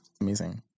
Amazing